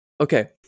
Okay